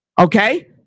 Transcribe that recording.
okay